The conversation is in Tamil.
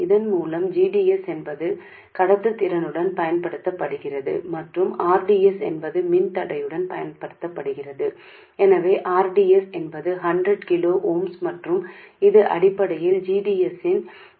இதன் மூலம் g d s என்பது கடத்துத்திறனுடன் பயன்படுத்தப்படுகிறது மற்றும் r d s என்பது மின்தடையுடன் பயன்படுத்தப்படுகிறது எனவே r d s என்பது 100 கிலோ ஓம்ஸ் மற்றும் இது அடிப்படையில் g d s இன் பரஸ்பரமாகும்